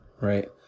Right